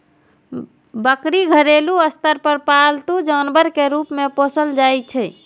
बकरी घरेलू स्तर पर पालतू जानवर के रूप मे पोसल जाइ छै